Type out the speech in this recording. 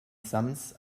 sams